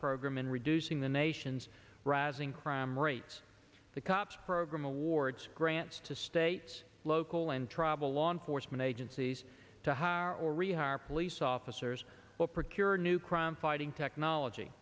program in reducing the nation's rising crime rates the cops program awards grants to states local and tribal law enforcement agencies to harm or rehire police officers will procure new crime fighting technology